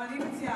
גם אני מציעה.